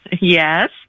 Yes